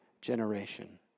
generation